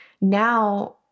now